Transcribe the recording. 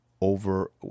over